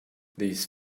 these